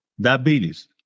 diabetes